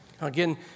Again